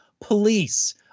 Police